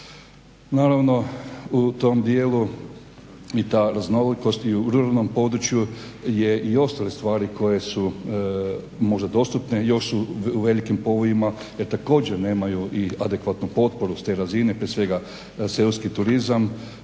Naravno u tom dijelu i ta raznolikost i u ruralnom području i ostale stvari koje su možda dostupne, i još su u velikim povojima jer također nemaju i adekvatnu potporu s te razine, prije svega seoski turizam,